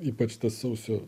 ypač sausio